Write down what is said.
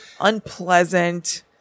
unpleasant